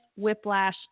whiplash